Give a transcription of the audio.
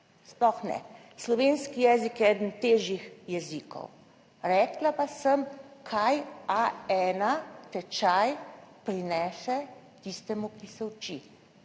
sploh ne, slovenski jezik je eden težjih jezikov, rekla pa sem, kaj A1 tečaj prinese tistemu, ki se uči